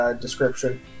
Description